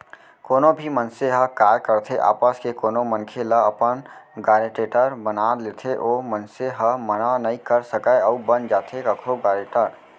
कोनो भी मनसे ह काय करथे आपस के कोनो मनखे ल अपन गारेंटर बना लेथे ओ मनसे ह मना नइ कर सकय अउ बन जाथे कखरो गारेंटर